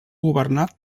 governat